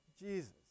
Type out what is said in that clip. Jesus